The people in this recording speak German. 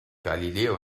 galileo